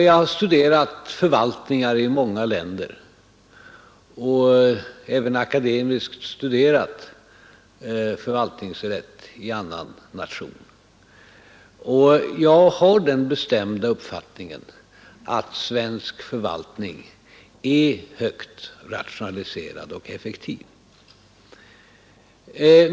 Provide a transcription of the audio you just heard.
Jag har studerat förvaltningar i många länder och även akademiskt studerat förvaltningsrätt i annan nation, och jag har den bestämda uppfattningen att svensk förvaltning är högt rationaliserad och effektiv.